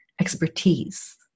expertise